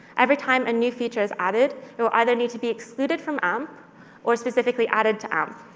every time a new feature is added, it will either need to be excluded from amp or specifically added to amp.